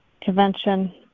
convention